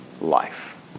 life